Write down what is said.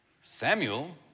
Samuel